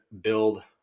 build